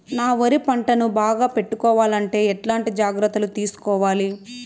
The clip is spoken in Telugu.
నా వరి పంటను బాగా పెట్టుకోవాలంటే ఎట్లాంటి జాగ్రత్త లు తీసుకోవాలి?